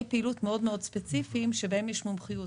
פעילות מאוד מאוד ספציפיים שבהם יש מומחיות.